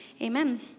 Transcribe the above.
Amen